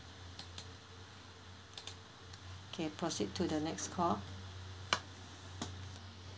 okay proceed to the next call